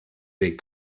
des